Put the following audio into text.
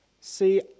see